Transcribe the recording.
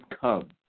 come